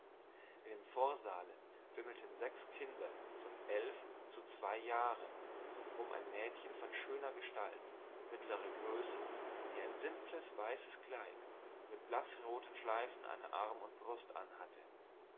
dem vorsaale wimmelten sechs kinder von eilf zu zwei jahren um ein mädchen von schöner gestalt mittlerer größe die ein simples weißes kleid mit blaßroten schleifen an arm und brust anhatte